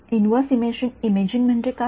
inverse imaging म्हणजे काय